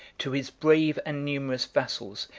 to his brave and numerous vassals,